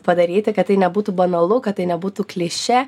padaryti kad tai nebūtų banalu kad tai nebūtų kliše